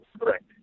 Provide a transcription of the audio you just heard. Correct